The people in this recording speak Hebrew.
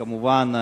כמובן,